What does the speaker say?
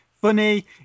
funny